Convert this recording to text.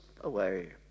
away